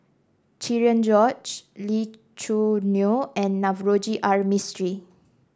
Cherian George Lee Choo Neo and Navroji R Mistri